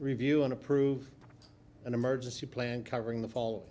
review and approve an emergency plan covering the fall